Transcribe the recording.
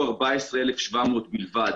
14,700 בלבד.